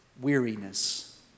weariness